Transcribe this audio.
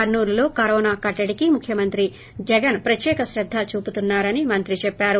కర్నూలులో కరోనా కట్టడికి ముఖ్యమంత్రి జగన్ ప్రత్యేక కేద్ద చూపుతున్నారని మంత్రి చెప్పారు